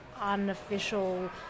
unofficial